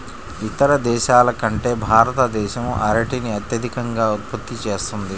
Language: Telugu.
ఇతర దేశాల కంటే భారతదేశం అరటిని అత్యధికంగా ఉత్పత్తి చేస్తుంది